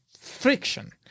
friction